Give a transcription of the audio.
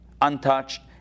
untouched